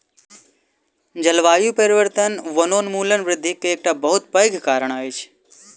जलवायु परिवर्तन वनोन्मूलन वृद्धि के एकटा बहुत पैघ कारण अछि